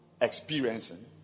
experiencing